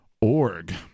org